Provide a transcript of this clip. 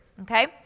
okay